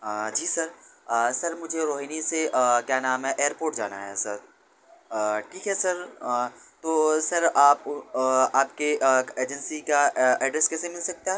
جی sir sir مجھے روہنی سے کیا نام ہے ایئرپوٹ جانا ہے سر ٹھیک ہے سر تو سر آپ آپ کے ایجنسی کا ایڈریس کیسے مل سکتا ہے